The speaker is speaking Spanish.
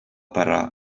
para